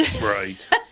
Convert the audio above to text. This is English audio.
Right